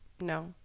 No